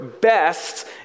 best